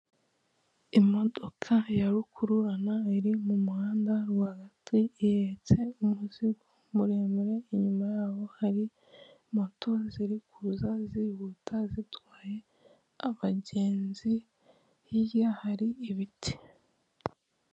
Imodoka ya rukururana iri mu muhanda rwagati, ihetse umuzigo muremure, inyuma yaho hari moto ziri kuza zihuta zitwaye abagenzi, hirya hari ibiti.